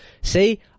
See